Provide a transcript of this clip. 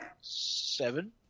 Seven